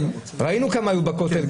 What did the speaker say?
כן --- ראינו כמה היו בכותל,